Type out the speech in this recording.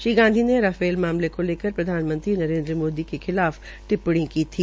श्री गांधी ने रफाल मामले को लेकर प्रधानमंत्री नरेन्द्र मोदी के खिलाफ टिप्पणी की थी